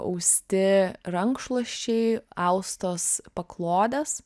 austi rankšluosčiai austos paklodės